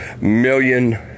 million